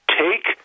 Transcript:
take